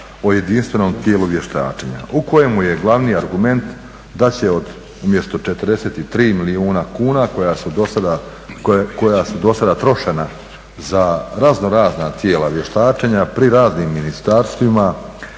o jedinstvenom tijelu vještačenja u kojemu je glavni argument da će umjesto 43 milijuna kuna koja su do sada trošena za raznorazna tijela vještačenja pri raznim ministarstvima,